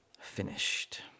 finished